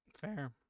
Fair